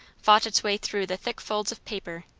fought its way through the thick folds of paper,